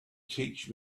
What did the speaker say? teach